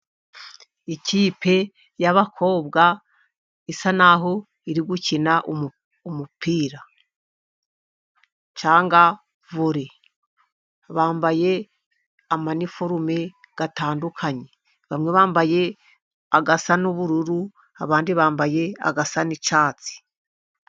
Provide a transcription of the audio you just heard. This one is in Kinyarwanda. Ikipe y’abakobwa isa naho iri gukina umupira cyangwa vole, bambaye amaniforume atandukanye; bamwe bambaye asa n’ubururu, abandi bambaye asa n’icyatsi.